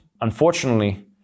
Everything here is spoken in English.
Unfortunately